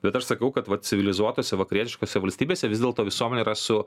bet aš sakau kad vat civilizuotose vakarietiškose valstybėse vis dėlto visuomenė yra su